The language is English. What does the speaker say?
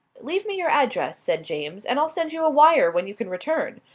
leave me your address, said james, and i'll send you a wire when you can return.